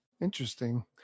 Interesting